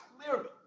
clearly